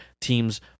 teams